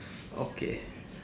okay